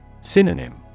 Synonym